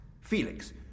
Felix